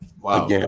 Wow